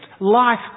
life